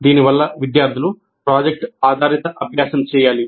దీనివల్ల విద్యార్థులు ప్రాజెక్ట్ ఆధారిత అభ్యాసం చేయాలి